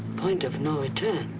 point of no return?